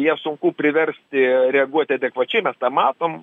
ją sunku priversti reaguoti adekvačiai mes tą matom